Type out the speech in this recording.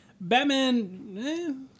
Batman